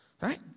right